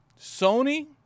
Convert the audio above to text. Sony